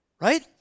Right